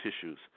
tissues